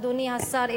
אדוני השר,